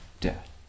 death